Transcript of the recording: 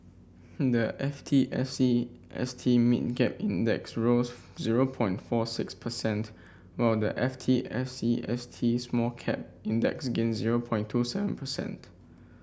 the F T S E S T Mid Cap Index rose zero point four six percent while the F T S E S T Small Cap Index gained zero point two seven percent